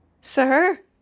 sir